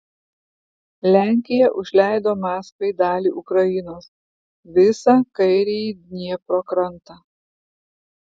lenkija užleido maskvai dalį ukrainos visą kairįjį dniepro krantą